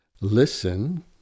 Listen